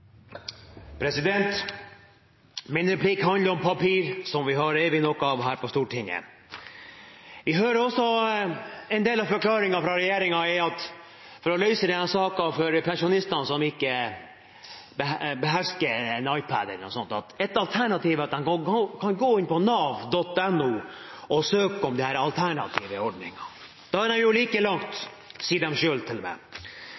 Min replikk handler om papir, som vi har evig nok av her på Stortinget. Vi hører at en del av regjeringens forklaring for å løse saken for pensjonistene som ikke behersker en iPad eller lignende, er at de kan gå på nav.no og søke om de alternative ordningene. Da er de jo like langt, sier de selv til meg. Jeg lurer da på om Venstre i løpet av ettermiddagen, når vi skal avgjøre dette, kan være med